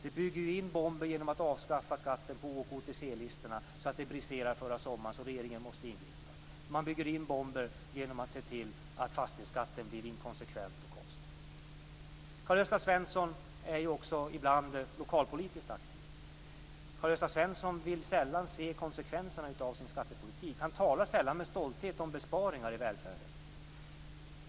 De byggde in bomber genom att avskaffa skatten på O och OTC-listorna så att de briserade förra sommaren och regeringen måste ingripa. Man bygger in bomber genom att se till att fastighetsskatten blir inkonsekvent och konstig. Karl-Gösta Svenson är ju också ibland lokalpolitiskt aktiv. Karl-Gösta Svenson vill sällan se konsekvenserna av sin skattepolitik. Han talar sällan med stolthet om besparingar i välfärden.